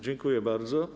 Dziękuję bardzo.